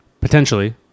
Potentially